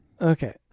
Okay